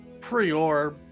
Prior